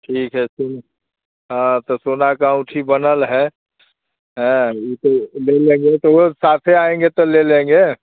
ठीक है तो सोना का अंगूठी बनल है ले लेंगे तो वो साथे आएंगे तो ले लेंगे